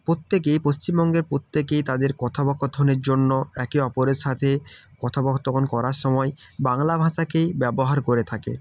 প্রত্যেকে পশ্চিমবঙ্গের প্রত্যেকেই তাদের কথোপকথনের জন্য একে অপরের সাথে কথোপকথকন করার সময় বাংলা ভাষাকেই ব্যবহার করে থাকে